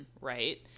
right